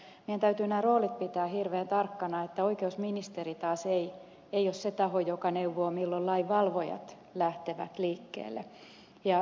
mutta meidän täytyy nämä roolit pitää hirveän tarkkoina että oikeusministeri taas ei ole se taho joka neuvoo milloin lainvalvojat lähtevät liikkeelle